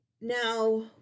now